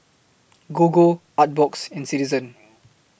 Gogo Artbox and Citizen